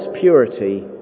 purity